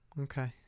Okay